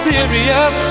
Serious